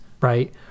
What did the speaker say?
right